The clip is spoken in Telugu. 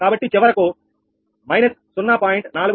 కాబట్టి చివరకు −0